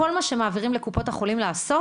כל מה שמעבירים לקופות החולים לעשות